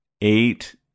eight